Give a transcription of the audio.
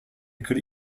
could